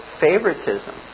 favoritism